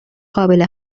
قابل